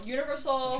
Universal